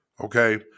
okay